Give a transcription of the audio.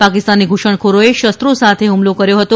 પાકિસ્તાની ધુસણખોરોએ શસ્ત્રો સાથે હ્મલો કર્યો હતો